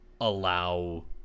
allow